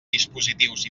dispositius